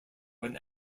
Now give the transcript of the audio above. when